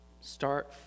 start